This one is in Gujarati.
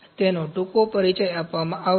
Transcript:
તેનો ટૂંકો પરિચય આપવામાં આવશે